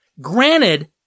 Granted